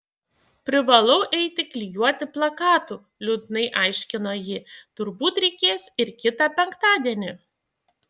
privalau eiti klijuoti plakatų liūdnai aiškino ji turbūt reikės ir kitą penktadienį